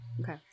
Okay